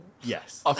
Yes